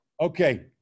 Okay